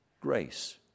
grace